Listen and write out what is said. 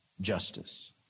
justice